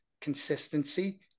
consistency